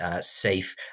safe